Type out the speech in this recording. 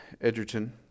Edgerton